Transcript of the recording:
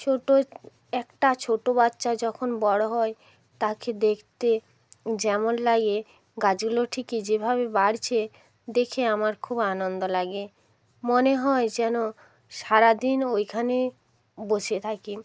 ছোটো একটা ছোটো বাচ্চা যখন বড়ো হয় তাকে দেখতে যেমন লাগে গাছগুলো ঠিকই যেভাবে বাড়ছে দেখে আমার খুব আনন্দ লাগে মনে হয় যেন সারা দিন ওইখানে বসে থাকি